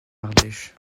ardèche